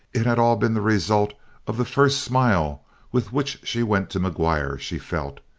it had all been the result of the first smile with which she went to mcguire, she felt.